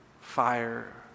fire